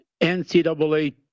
NCAA